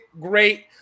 Great